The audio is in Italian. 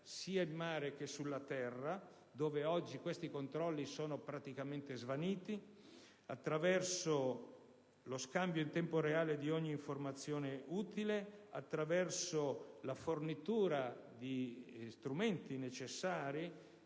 sia in mare che sulla terra (dove oggi questi controlli sono praticamente svaniti) attraverso lo scambio in tempo reale di ogni informazione utile, la fornitura di strumenti necessari,